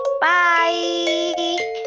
Bye